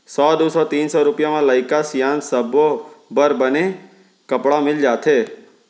सौ, दू सौ, तीन सौ रूपिया म लइका सियान सब्बो बर बने कपड़ा मिल जाथे